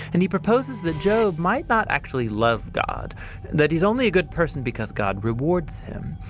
and he proposes that job might not actually love god that he's only a good person because god rewards him.